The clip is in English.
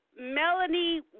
Melanie